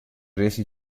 resi